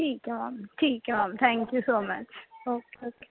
ਠੀਕ ਹੈ ਮੈਮ ਠੀਕ ਹੈ ma'am thank you so much okay okay